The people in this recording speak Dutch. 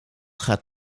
gaat